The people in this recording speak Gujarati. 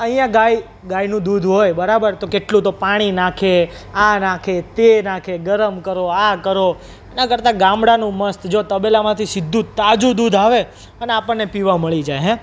અહીંયા ગાય ગાયનું દૂધ હોય બરાબર તો કેટલું તો પાણી નાખે આ નાખે તે નાખે ગરમ કરો આ કરો એના કરતાં ગામડાનું મસ્ત જો તબેલામાંથી સીધું તાજું દૂધ આવે અને આપણને પીવા મળી જાય હેં